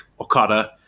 Okada